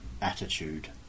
attitude